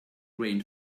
grain